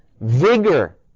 Vigor